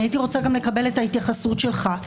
הייתי רוצה לקבל גם את ההתייחסות שלך.